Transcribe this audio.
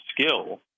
skill